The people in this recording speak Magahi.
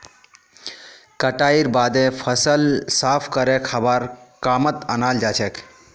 कटाईर बादे फसल साफ करे खाबार कामत अनाल जाछेक